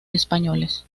españoles